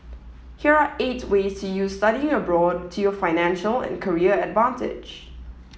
here are eight ways to use studying abroad to your financial and career advantage